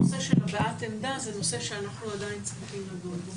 הנושא של הבעת עמדה זה נושא שאנחנו עדיין צריכים לדון בו.